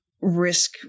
risk